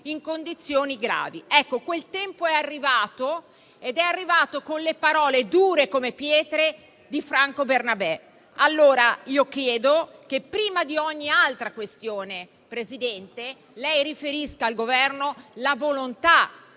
in condizioni gravi. Ecco, quel tempo è arrivato con le parole dure come pietre di Franco Bernabè. Chiedo, allora, che prima di ogni altra questione, Presidente, lei riferisca al Governo la volontà